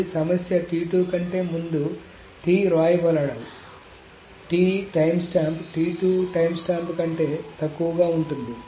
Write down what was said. మళ్లీ సమస్య కంటే ముందు T వ్రాయబడాలి T టైమ్స్టాంప్ టైమ్స్టాంప్ కంటే తక్కువగా ఉంటుంది